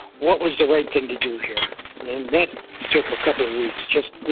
what was the right thing to do here. and that took a couple of weeks, just, you